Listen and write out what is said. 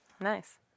Nice